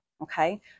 Okay